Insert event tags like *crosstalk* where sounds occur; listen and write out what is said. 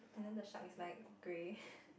and then the shark is like grey *laughs*